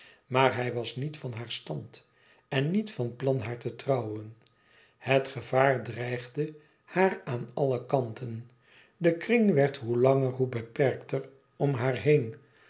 maar hij was niet van haar stand en niet van plan haar te trouwen het gevaar dreigde haar aan alle kanten de kring werd hoe langer zoo beperkter om haar heen